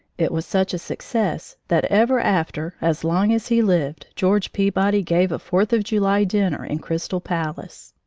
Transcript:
it was such a success that ever after, as long as he lived, george peabody gave a fourth of july dinner in crystal palace.